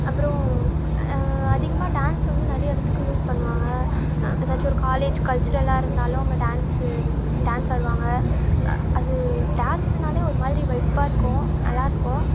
அப்புறோம் அதிகமாக டான்ஸ் வந்து நிறைய இடத்துக்கு யூஸ் பண்ணுவாங்க ஏதாச்சும் ஒரு காலேஜ் கல்ச்சுரலாக இருந்தாலும் அங்கே டான்சு டான்ஸ் ஆடுவாங்க அது டான்சுனாலே ஒரு மாதிரி வைப்பாக இருக்கும் நல்லா இருக்கும்